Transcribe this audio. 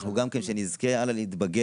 אנחנו גם כן שנזכה הלאה נתבגר,